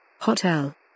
Hotel